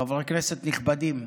חברי כנסת נכבדים,